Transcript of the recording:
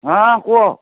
ହଁ କୁହ